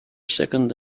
second